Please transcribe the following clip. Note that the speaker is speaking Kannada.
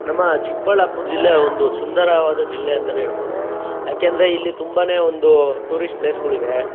ನಮ್ಮ ಚಿಕ್ಕಬಳ್ಳಾಪುರ ಜಿಲ್ಲೆಯು ಒಂದು ಸುಂದರವಾದ ಜಿಲ್ಲೆ ಅಂತಲೇ ಹೇಳಬಹುದು ಯಾಕೆಂದರೆ ಇಲ್ಲಿ ತುಂಬನೇ ಒಂದು ಟೂರಿಸ್ಟ್ ಪ್ಲೇಸ್ಗಳಿವೆ